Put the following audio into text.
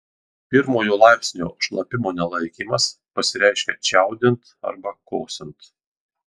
pirmojo laipsnio šlapimo nelaikymas pasireiškia čiaudint arba kosint